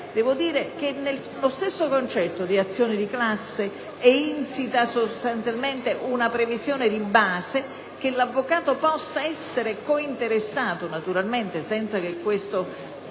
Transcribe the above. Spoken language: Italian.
di classe. Nello stesso concetto di azione di classe è insita sostanzialmente la previsione di base che l'avvocato possa essere cointeressato, naturalmente senza che ciò